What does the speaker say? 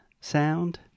sound